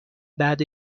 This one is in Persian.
بعد